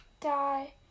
die